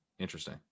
interesting